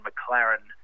McLaren